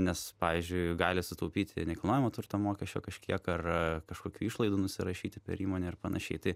nes pavyzdžiui gali sutaupyti nekilnojamo turto mokesčio kažkiek ar kažkokių išlaidų nusirašyti per įmonę ir panašiai tai